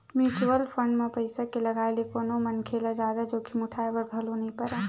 mutual fund म पइसा के लगाए ले कोनो मनखे ल जादा जोखिम उठाय बर घलो नइ परय